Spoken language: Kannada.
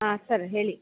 ಹಾಂ ಸರ್ ಹೇಳಿ